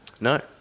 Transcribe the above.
No